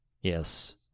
Yes